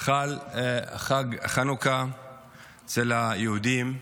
חל חג חנוכה אצל היהודים.